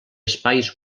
espais